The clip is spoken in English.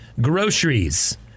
groceries